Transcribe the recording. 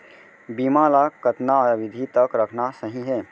बीमा ल कतना अवधि तक रखना सही हे?